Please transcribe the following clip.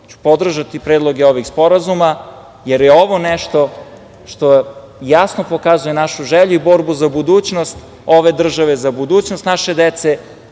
ću podržati predloge ovih sporazuma, jer je ovo nešto što jasno pokazuje našu želju i borbu za budućnost ove države, za budućnost naše dece,